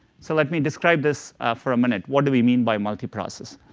so let me describe this for a minute. what do we mean by multiprocess?